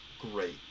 great